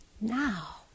now